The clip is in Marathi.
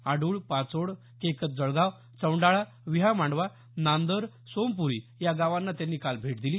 आड्रळ पाचोड केकत जळगाव चौंडाळा विहामांडवा नांदर सोमप्री या गावांना त्यांनी काल भेट दिली